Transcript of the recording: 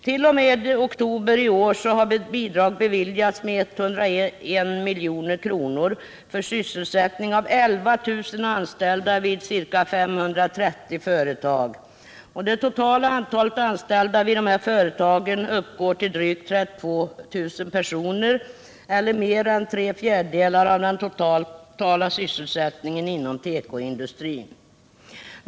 T. o. m. oktober i år har bidrag beviljats med 101 milj.kr. för sysselsättning av 11 000 anställda vid ca 530 företag. Det totala antalet anställda vid dessa företag uppgår till drygt 32 000 personer eller mer än tre fjärdedelar av den totala sysselsättningen inom tekoindustrin.